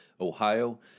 Ohio